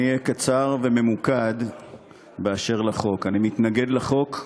אני אהיה קצר וממוקד באשר לחוק: אני מתנגד לחוק,